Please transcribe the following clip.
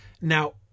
now